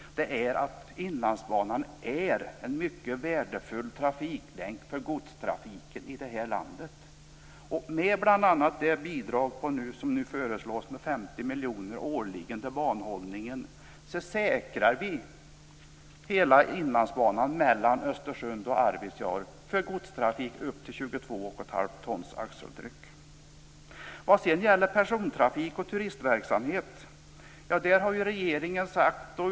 Inlandsbanan är en mycket värdefull trafiklänk för godstrafiken i det här landet. Vad gäller persontrafik och turistverksamhet har regeringen sagt att detta är frågor som man själv skall klara ut i regionerna.